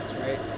right